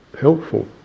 helpful